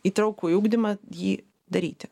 įtraukųjį ugdymą jį daryti